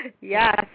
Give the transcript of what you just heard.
Yes